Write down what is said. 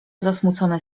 zasmucone